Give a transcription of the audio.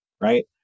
right